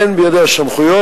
אין בידיה סמכויות.